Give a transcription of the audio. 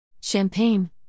Champagne